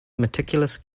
meticulous